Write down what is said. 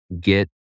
get